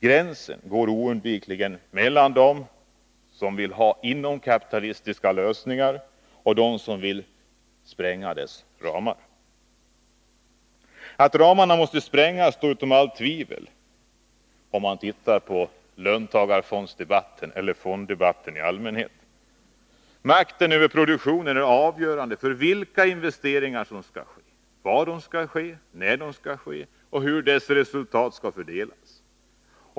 Gränsen går oundvikligen mellan dem som vill ha inomkapitalistiska lösningar och dem som vill spränga dess ramar. Tar man del av löntagarfondsdebatten eller fonddebatten i allmänhet finner man att kapitalismens ramar utom allt tvivel måste sprängas. Makten över produktionen är avgörande för vilka investeringar som skall ske, var de skall ske, när de skall ske och hur deras resultat skall fördelas.